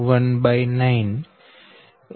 2d19 13